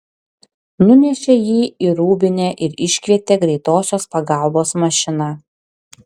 nunešė jį į rūbinę ir iškvietė greitosios pagalbos mašiną